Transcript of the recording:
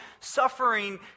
suffering